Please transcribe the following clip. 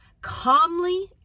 calmly